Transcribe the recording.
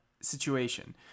situation